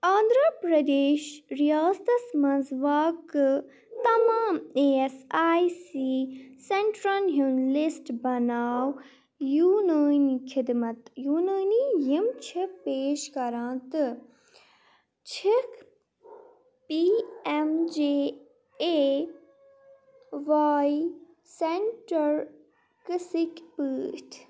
آنٛدھرا پرٛدیش رِیاستس مَنٛز واقعہٕ تمام ای ایٚس آے سی سیٚنٹرَن ہُنٛد لسٹ بناو یِم یوٗنٲنی خدمت یوٗنٲنی یِم چھِ پیش کران تہٕ چھِ P M J A Y centre قٕسمٕکی پٲٹھۍ